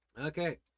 okay